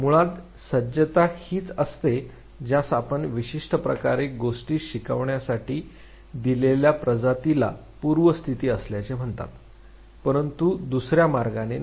मुळात सज्जता हीच असते ज्यास आपण विशिष्ट प्रकारे गोष्टी शिकण्यासाठी दिलेल्या प्रजातीला पूर्वस्थिती असल्याचे म्हणतात परंतु दुसर्या मार्गाने नाही